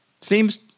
seems